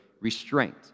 restraint